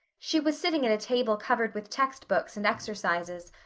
she was sitting at a table covered with text books and exercises,